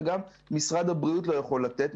וגם משרד הבריאות לא יכול לתת.